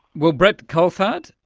well, brett coulthard,